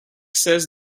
says